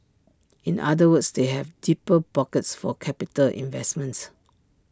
in other words they have deeper pockets for capital investments